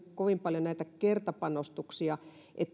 kovin paljon olisi näitä kertapanostuksia